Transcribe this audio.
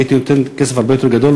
הייתי נותן כסף הרבה יותר גדול,